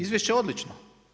Izvješće je odlično.